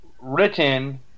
written